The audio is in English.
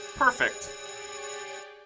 Perfect